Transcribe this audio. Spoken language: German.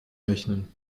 rechnen